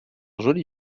joli